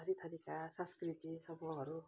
थरीथरीका संस्कृति समूहहरू